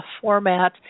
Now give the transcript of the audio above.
format